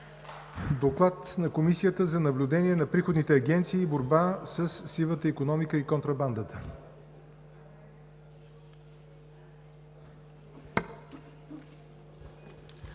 2019 г. Комисията за наблюдение на приходните агенции и борба със сивата икономика и контрабандата